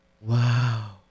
Wow